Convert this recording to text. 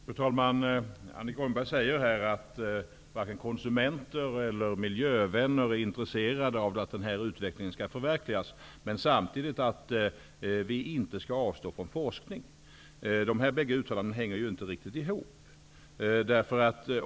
Fru talman! Annika Åhnberg säger att varken konsumenter eller miljövänner är intresserade av att den här utvecklingen skall förverkligas samtidigt som hon säger att vi inte skall avstå från forskning. Dessa bägge uttalanden hänger inte riktigt ihop.